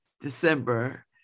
December